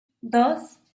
dos